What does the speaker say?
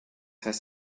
heißt